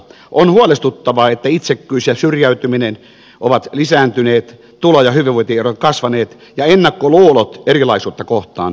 on huolestuttavaa että itsekkyys ja syrjäytyminen ovat lisääntyneet tulo ja hyvinvointierot kasvaneet ja ennakkoluulot erilaisuutta kohtaan syventyneet